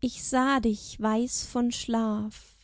ich sah dich weiß von schlaf